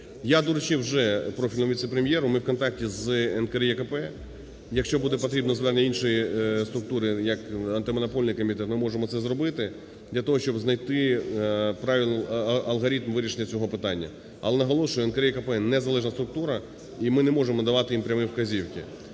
Я доручив вже профільному віце-прем'єру, ми в контакті з НКРЕКП, якщо буде потрібно звернення іншої структури як Антимонопольний комітет – ми можемо це зробити для того, щоб знайти правильний алгоритм вирішення цього питання. Але наголошую: НКРЕКП – не залежна структура і ми не можемо давати їм прямі вказівки.